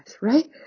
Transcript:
right